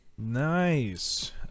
nice